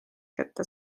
kätte